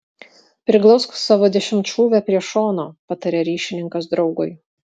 priglausk savo dešimtšūvę prie šono pataria ryšininkas draugui